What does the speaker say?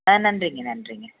ஆ நன்றிங்க நன்றிங்க நன்